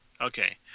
Okay